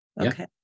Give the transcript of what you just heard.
Okay